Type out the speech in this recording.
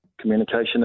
communication